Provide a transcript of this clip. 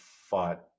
fought